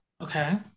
Okay